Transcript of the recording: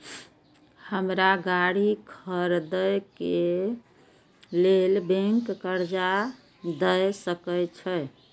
हमरा गाड़ी खरदे के लेल बैंक कर्जा देय सके छे?